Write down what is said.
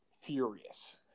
furious